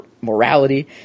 morality